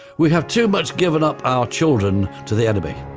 we have too much given up our children to the enemy.